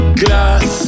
glass